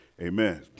Amen